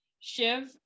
Shiv